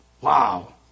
Wow